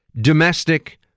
domestic